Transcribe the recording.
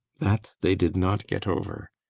that they did not get over.